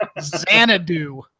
Xanadu